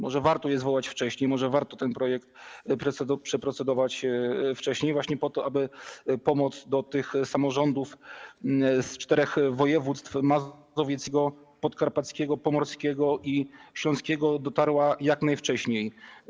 Może warto je zwołać wcześniej, może warto ten projekt przeprocedować wcześniej, po to aby pomoc do tych samorządów z czterech województw: mazowieckiego, podkarpackiego, pomorskiego i śląskiego, dotarła jak najwcześniej.